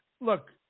Look